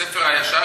ספר הישר,